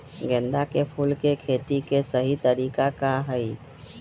गेंदा के फूल के खेती के सही तरीका का हाई?